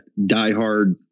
diehard